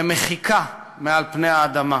למחיקה מעל פני האדמה.